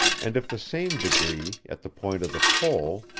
and if the same degree, at the point of the pole,